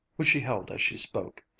which she held as she spoke.